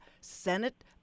Senate